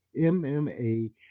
MMA